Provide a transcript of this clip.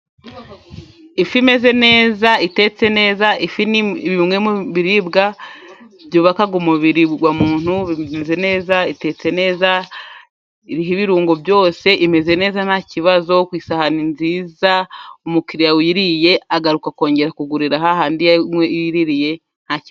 Ifi imeze neza itetse neza ,ifi ni bimwe mu biribwa byubaka umubiri wa muntu, bigenze neza, itetse neza iriho ibirungo byose, imeze neza nta kibazo ku isahani nziza umukiriya uyiriye agaruka kongera kugurira ha handi yayiguriye.